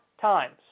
times